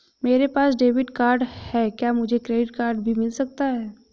मेरे पास debit card है क्या मुझे क्रेडिट कार्ड भी मिल सकता है?